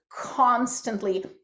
constantly